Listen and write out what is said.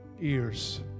ears